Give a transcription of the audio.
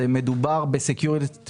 מדובר ---,